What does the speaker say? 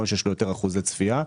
יש לו יותר אחוזי צפייה,